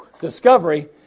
discovery